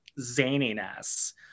zaniness